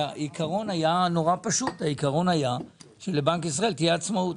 כשהעיקרון היה שלבנק ישראל תהיה עצמאות.